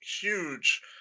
huge